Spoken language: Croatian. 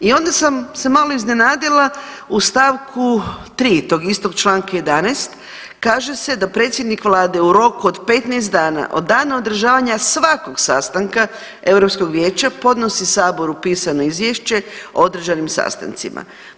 I onda sam se malo iznenadila u stavku 3. tog istog Članka 11. kaže se da predsjednik vlade u roku od 15 dana od dana održavanja svakog sastanka Europskog vijeća podnosi saboru pisano izvješće o određenim sastancima.